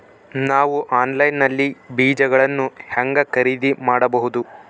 ನಾವು ಆನ್ಲೈನ್ ನಲ್ಲಿ ಬೇಜಗಳನ್ನು ಹೆಂಗ ಖರೇದಿ ಮಾಡಬಹುದು?